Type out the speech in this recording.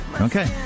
Okay